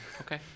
Okay